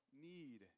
need